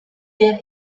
der